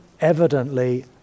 evidently